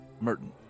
Merton